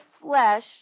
flesh